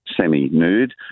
semi-nude